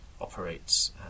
operates